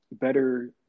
better